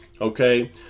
okay